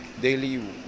daily